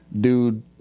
Dude